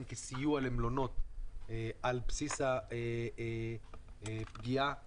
כסיוע למלונות על בסיס הפגיעה שחוו.